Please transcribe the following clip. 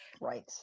Right